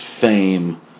fame